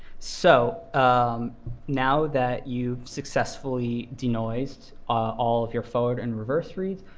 so um now that you've successfully denoised all of your forward and reverse reads,